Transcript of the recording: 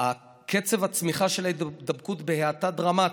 קצב הצמיחה של ההידבקות בהאטה דרמטית.